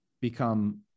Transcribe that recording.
become